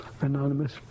anonymous